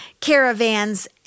caravans